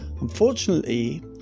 unfortunately